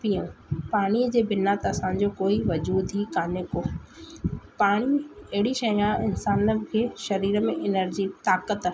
पियूं पाणी जे बिना त असांजो कोई वजूदु ई कोन्हे को पाणी अहिड़ी शइ आहे इंसाननि खे शरीर में एनर्जी ताक़त